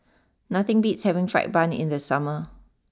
nothing beats having Fried Bun in the summer